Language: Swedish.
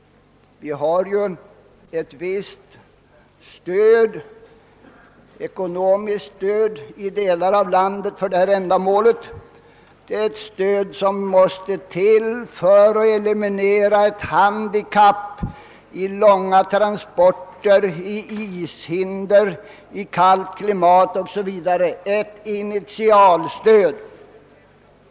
Vi lämnar ju redan ett visst ekonomiskt stöd för sådana här ändamål, och det är ett nödvändigt initialstöd för att eliminera handikapp i fråga om långa transpor ter, ishinder, kallt klimat o.s.v.